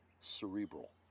cerebral